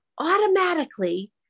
automatically